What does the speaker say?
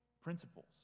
Principles